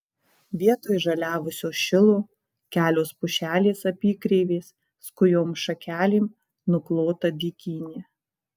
vietoj žaliavusio šilo kelios pušelės apykreivės skujom šakelėm nuklota dykynė